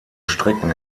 strecken